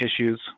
issues